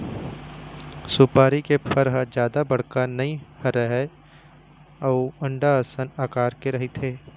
सुपारी के फर ह जादा बड़का नइ रहय अउ अंडा असन अकार के रहिथे